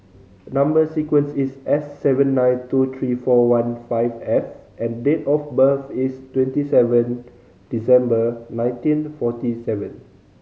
number sequence is S seven nine two three forty one five F and date of birth is twenty seven December nineteen forty seven